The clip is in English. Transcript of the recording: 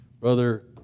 brother